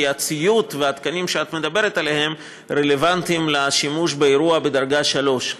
כי הציוד והתקנים שאת מדברת עליהם רלוונטיים לשימוש באירוע בדרגה 3,